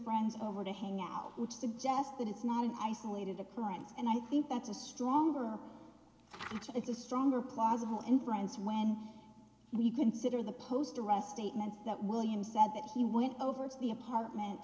friends over to hang out which suggests that it's not an isolated occurrence and i think that's a stronger it's a stronger plausible in france when we consider the post arrest statements that william said that he went over to the apartment